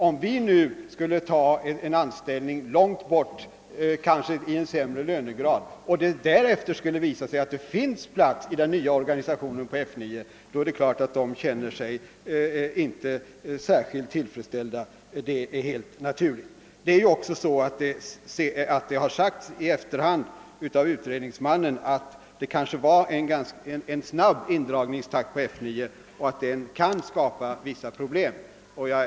Om vi nu skulle ta en anställning långt borta och kanske i en sämre lönegrad och det därefter skulle visa sig att det finns plats inom den nya organisationen på F 9-området, kommer vi inte att känna oss särskilt tillfredsställda. Det är helt naturligt. Det har i efterhand av utredningsmannen sagts att indragningstakten vid F 9 var snabb och att den kan skapa vissa problem för personalen.